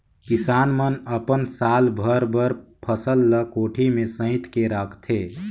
किसान मन अपन साल भर बर फसल ल कोठी में सइत के रखथे